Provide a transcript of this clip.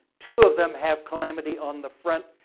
two of them have calamity on the front.